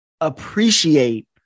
appreciate